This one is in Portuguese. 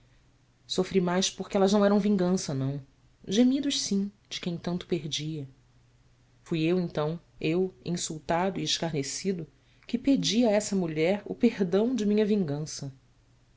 sofri sofri mais porque elas não eram vingança não gemidos sim de quem tanto perdia fui eu então eu insultado e escarnecido que pedi a essa mulher o perdão de minha vingança